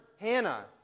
Hannah